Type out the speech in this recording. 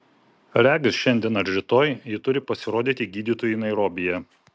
regis šiandien ar rytoj ji turi pasirodyti gydytojui nairobyje